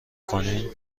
کنین